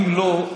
אם לא,